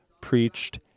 preached